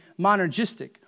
monergistic